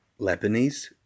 Lebanese